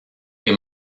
les